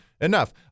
enough